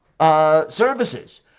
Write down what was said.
services